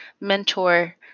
mentor